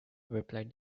replied